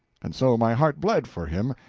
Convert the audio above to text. and so my heart bled for him,